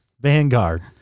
Vanguard